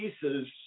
pieces